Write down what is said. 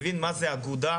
מה זה אגודה,